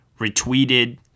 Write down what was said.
retweeted